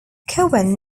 cohen